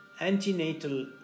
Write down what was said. antenatal